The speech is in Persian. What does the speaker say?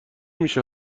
میشه